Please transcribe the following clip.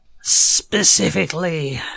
specifically